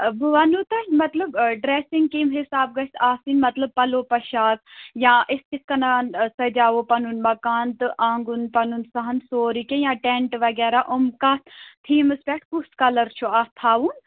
آ بہٕ وَنہو تۄہہِ مطلب ڈرٛیسِنٛگ کَمہِ حِساب گَژھِ آسٕنۍ مطلب پَلو پۅشاکھ یا أسۍ کِتھٕ کَنان سَجاوو پَنُن مکان تہٕ آنٛگُن پَنُن سَہَن سورُے کیٚنٛہہ یا ٹٮ۪نٛٹ وغیرہ یِم کَتھ تھیٖمَس پٮ۪ٹھ کُس کَلَر چھُ اَتھ تھاوُن